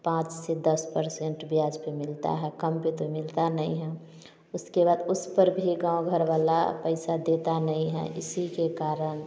पाँच से दस पर्सेन्ट ब्याज पर मिलता है कम पर तो मिलता नहीं है उसके बाद उस पर भी गाँव घर वाला पैसा देता नहीं हैं इसी के कारण